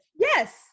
Yes